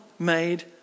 Made